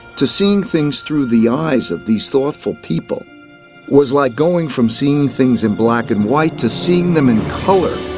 to seeing things through the eyes of these thoughtful people was like going from seeing things in black and white to seeing them in color.